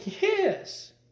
yes